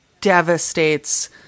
devastates